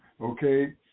okay